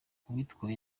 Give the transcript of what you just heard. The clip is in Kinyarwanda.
uwitwaye